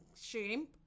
shrimp